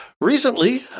Recently